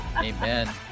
Amen